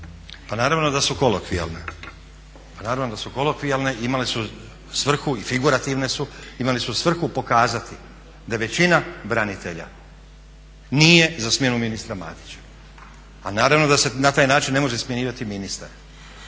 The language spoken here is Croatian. Pa naravno da su kolokvijalne i imale su svrhu i figurativne su, imale su svrhu pokazati da većina branitelja nije za smjenu ministra Matića. A naravno da se na taj način ne može smjenjivati ministar.